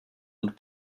und